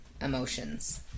emotions